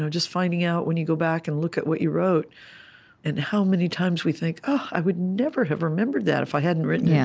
just finding out, when you go back and look at what you wrote and how many times we think, oh, i would never have remembered that if i hadn't written yeah